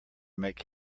make